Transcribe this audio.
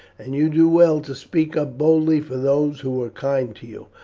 and you do well to speak up boldly for those who were kind to you.